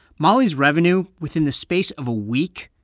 molly's revenue, within the space of a week,